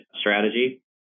strategy